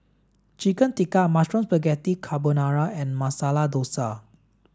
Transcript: Chicken Tikka Mushroom Spaghetti Carbonara and Masala Dosa